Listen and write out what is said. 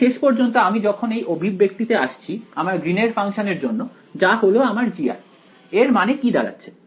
তাই শেষ পর্যন্ত আমি যখন এই অভিব্যক্তিতে আসছি আমার গ্রীন এর ফাংশনের জন্য যা হল আমার G এর মানে কি দাঁড়াচ্ছে